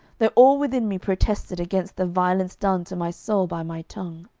though all within me protested against the violence done to my soul by my tongue.